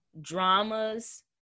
dramas